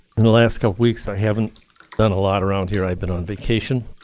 in the last couple weeks, i haven't done a lot around here. i've been on vacation.